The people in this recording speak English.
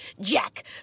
Jack